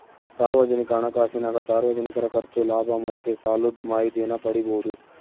ಸಾರ್ವಜನಿಕ ಹಣಕಾಸಿನಾಗ ಸಾರ್ವಜನಿಕರ ಖರ್ಚು, ಲಾಭ ಮತ್ತೆ ಸಾಲುದ್ ಮಾಹಿತೀನ ಪಡೀಬೋದು